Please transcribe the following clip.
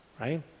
Right